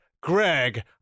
Greg